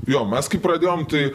jo mes kai pradėjom tai